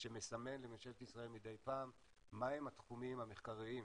שמסמן לממשלת ישראל מדי פעם מהם התחומים המחקריים,